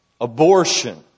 abortion